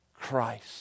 Christ